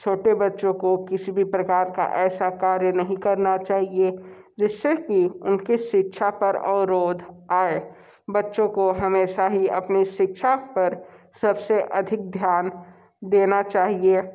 छोटे बच्चों को किसी भी प्रकार का ऐसा कार्य नहीं करना चाहिए जिस से कि उनकी शिक्षा पर अवरोध आए बच्चों को हमेशा ही अपनी शिक्षा पर सब से अधिक ध्यान देना चाहिए